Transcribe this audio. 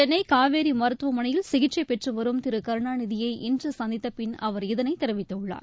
சென்னை காவேரி மருத்துவமனையில் சிகிச்சை பெற்று வரும் திரு கருணாநிதியை இன்று சந்தித்த பின் அவர் இதனைத் தெரிவித்துள்ளார்